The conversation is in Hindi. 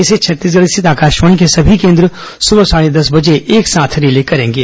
इसे छत्तीसगढ़ स्थित आकाशवाणी के सभी केन्द्र सुबह साढे दस बजे एक साथ रिले करेंगे